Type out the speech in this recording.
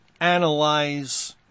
analyze